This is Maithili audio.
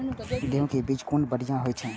गैहू कै बीज कुन बढ़िया होय छै?